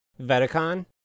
veticon